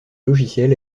logiciel